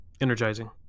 Energizing